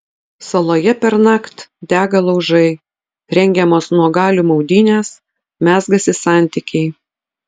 saloje pernakt dega laužai rengiamos nuogalių maudynės mezgasi santykiai